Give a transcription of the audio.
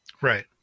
Right